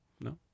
No